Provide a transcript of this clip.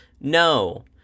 No